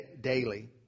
daily